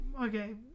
okay